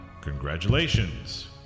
Congratulations